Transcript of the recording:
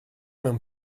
mewn